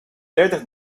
dertig